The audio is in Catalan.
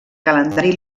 calendari